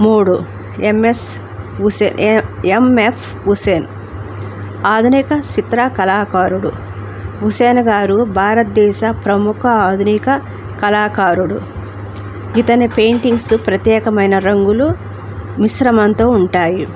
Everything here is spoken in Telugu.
మూడు ఎంఎస్ ఉసే ఎంఎఫ్ హుసేన్ ఆధునిక చిత్ర కళాకారుడు హుసేన్ గారు భారతదేశ ప్రముఖ ఆధునిక కళాకారుడు ఇతని పెయింటింగ్స్ ప్రత్యేకమైన రంగులు మిశ్రమంతో ఉంటాయి